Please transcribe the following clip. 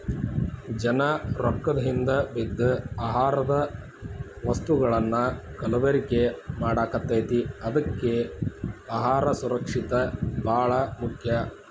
ಜನಾ ರೊಕ್ಕದ ಹಿಂದ ಬಿದ್ದ ಆಹಾರದ ವಸ್ತುಗಳನ್ನಾ ಕಲಬೆರಕೆ ಮಾಡಾಕತೈತಿ ಅದ್ಕೆ ಅಹಾರ ಸುರಕ್ಷಿತ ಬಾಳ ಮುಖ್ಯ